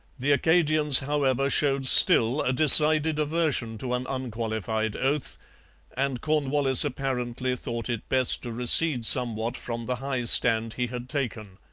the acadians, however, showed still a decided aversion to an unqualified oath and cornwallis apparently thought it best to recede somewhat from the high stand he had taken.